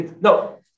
no